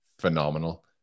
phenomenal